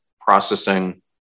processing